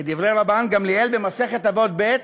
כדברי רבן גמליאל במסכת אבות ב':